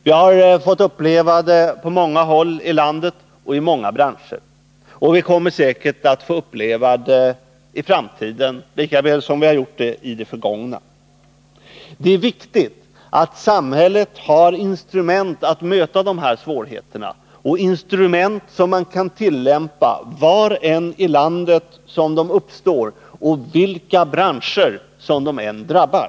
Vi har fått uppleva sådana på många håll i landet och i många branscher, och vi kommer säkerligen att få uppleva sådana även i framtiden lika väl som vi gjort det i det förgångna. Det är viktigt att samhället har instrument att möta dessa svårigheter, instrument som man kan tillämpa var än i landet svårigheterna uppstår och vilka branscher de än drabbar.